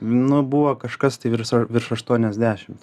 nu buvo kažkas tai ir virs virš aštuoniasdešimt